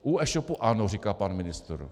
U eshopů ano, říká pan ministr.